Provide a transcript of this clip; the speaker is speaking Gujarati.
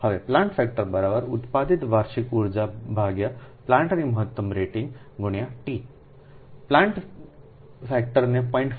હવે પ્લાન્ટ ફેક્ટર ઉત્પાદિત વાર્ષિક ઉર્જા પ્લાન્ટની મહત્તમ રેટિંગ Tપ્લાન્ટ ફેક્ટરને 0